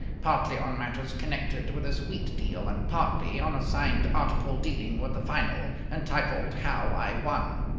partly on matters connected with his wheat deal and partly on a signed article dealing with the final, entitled how i won.